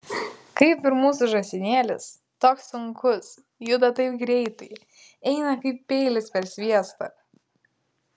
kaip ir mūsų žąsinėlis toks sunkus juda taip greitai eina kaip peilis per sviestą